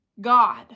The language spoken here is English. God